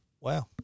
Wow